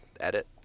edit